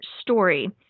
story